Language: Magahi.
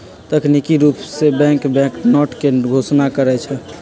तकनिकी रूप से बैंक बैंकनोट के घोषणा करई छई